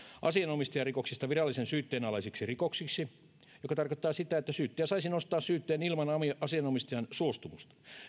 asianomistajarikoksista virallisen syytteen alaisiksi rikoksiksi mikä tarkoittaa sitä että syyttäjä saisi nostaa syytteen ilman asianomistajan suostumusta